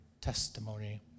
testimony